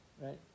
Right